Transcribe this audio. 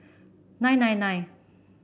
nine nine nine